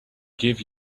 give